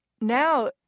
Now